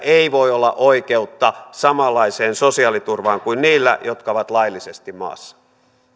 ei voi olla oikeutta samanlaiseen sosiaaliturvaan kuin niillä jotka ovat laillisesti maassa